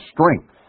strength